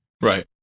right